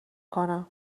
کنم